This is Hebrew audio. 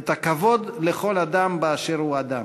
את הכבוד לכל אדם באשר הוא אדם.